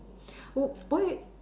oh why